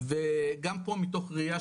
וגם פה מתוך ראייה,